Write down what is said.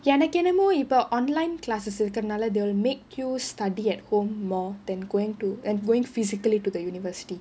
எனக்கு என்னமோ இப்போ:enakku ennamo ippo online classes இருக்கறதுனால:irukkarathunaala they'll make you study at home more than going to than going physically to the university